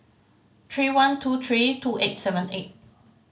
three one two three two eight seven eight